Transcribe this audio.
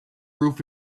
roof